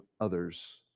others